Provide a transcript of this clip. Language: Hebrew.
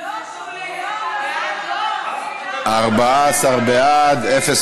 למתמודדים לראשות מועצה אזורית והצבעת בעלי תפקידים),